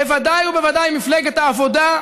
בוודאי ובוודאי מפלגת העבודה,